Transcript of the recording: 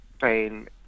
pain